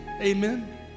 amen